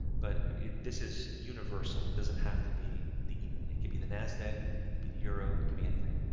but if this is universal, it doesn't have to be the e-mini. it could be the nasdaq, it could be the euro, it could be anything.